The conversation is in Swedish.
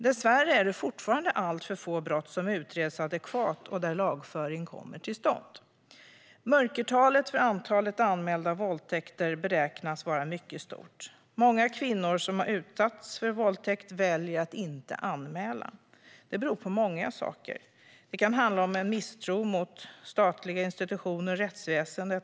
Dessvärre är det fortfarande alltför få brott som utreds adekvat och där lagföring kommer till stånd. Mörkertalet för våldtäkter beräknas vara mycket stort. Många kvinnor som har utsatts för våldtäkt väljer att inte anmäla. Det beror på många saker. Det kan handla om en misstro mot statliga institutioner och rättsväsendet.